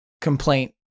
complaint